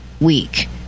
week